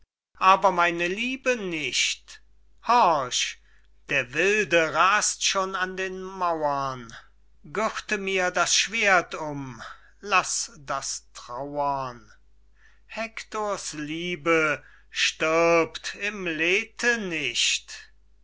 aber meine liebe nicht horch der wilde raßt schon an den mauren gürte mir das schwerdt um laß das trauren hektors liebe stirbt im lethe nicht